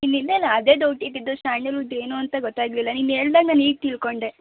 ಇಲ್ಲ ಇಲ್ಲ ಇಲ್ಲ ಅದೇ ಡೌಟ್ ಇದ್ದಿದ್ದು ಸ್ಯಾಂಡಲ್ವುಡ್ ಏನು ಅಂತ ಗೊತ್ತಾಗಲಿಲ್ಲ ನೀನು ಹೇಳ್ದಾಗ ನಾನು ಈಗ ತಿಳ್ಕೊಂಡೆ